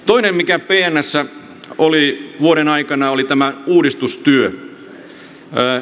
toinen mikä pnssä oli vuoden aikana oli tämä uudistustyö